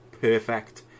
perfect